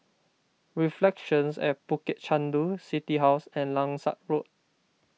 Reflections at Bukit Chandu City House and Langsat Road